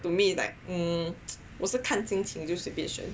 to me is like um 我是看心情 then 就随便选